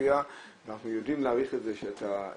להופיע ואנחנו יודעים להעריך את זה שאתה הסכמת,